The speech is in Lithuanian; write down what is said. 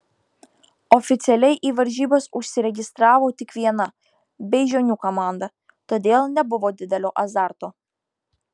oficialiai į varžybas užsiregistravo tik viena beižionių komanda todėl nebuvo didelio azarto